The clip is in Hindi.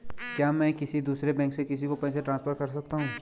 क्या मैं किसी दूसरे बैंक से किसी को पैसे ट्रांसफर कर सकता हूँ?